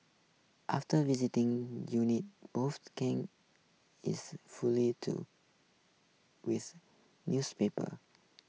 after visiting units both game is fully to with newspapers